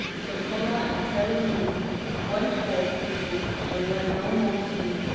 so connla and the fairy maiden went forth on the sea, and were no more seen,